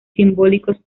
simbólicos